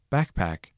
Backpack